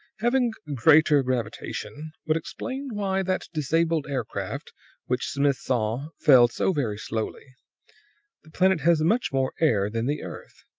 having greater gravitation would explain why that disabled aircraft which smith saw fell so very slowly the planet has much more air than the earth,